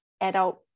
Adult